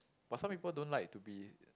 but some people don't like to be